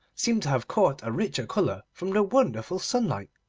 seemed to have caught a richer colour from the wonderful sunlight,